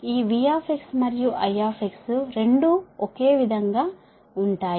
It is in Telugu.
ఈ v మరియు I రెండూ ఒకే విధంగా ఉంటాయి